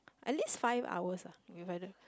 at least five hours ah